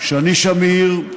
שני שמיר,